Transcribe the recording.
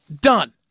done